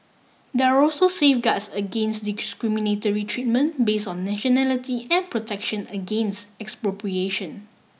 there're also safeguards against discriminatory treatment base on nationality and protection against expropriation